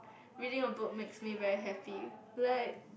really a book makes me very happy like